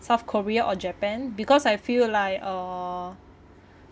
south korea or japan because I feel like uh